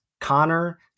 Connor